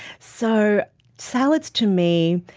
so salads, to me,